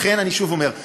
לכן, אני שוב אומר,